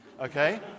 Okay